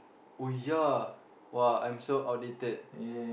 oh ya !wah! I'm so outdated